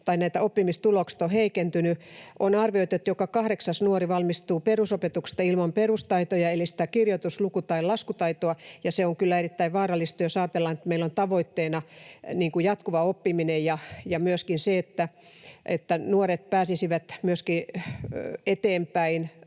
että meillä oppimistulokset ovat heikentyneet. On arvioitu, että joka kahdeksas nuori valmistuu perusopetuksesta ilman perustaitoja eli kirjoitus‑, luku‑ tai laskutaitoa, ja se on kyllä erittäin vaarallista, jos ajatellaan, että meillä on tavoitteena jatkuva oppiminen ja myöskin se, että nuoret pääsisivät myöskin eteenpäin,